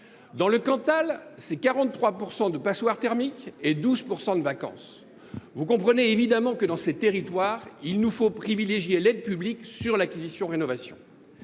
Dans le Cantal, il y a 43 % de passoires thermiques et un taux de vacance de 12 %. Vous comprenez évidemment que, dans ces territoires, il nous faut privilégier l’aide publique destinée à l’acquisition rénovation.